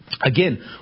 Again